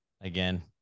again